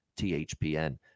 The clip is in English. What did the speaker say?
THPN